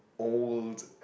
old